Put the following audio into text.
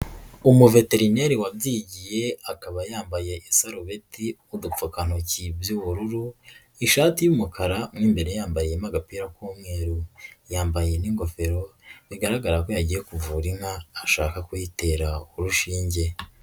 Umuveterineri wabyigiye akaba yambaye isarubeti n'udukantoki by'ubururu, ishati y'umukara mo imbere yambariyemo agapira k'umweru, yambaye n'ingofero bigaragara ko yagiye kuvura inka ashaka kuyitera urushinge.